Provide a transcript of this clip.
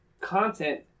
content